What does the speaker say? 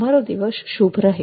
તમારો દિવસ શુભ રહે